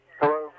Hello